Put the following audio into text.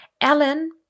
Ellen